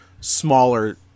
smaller